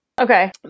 Okay